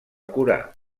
curar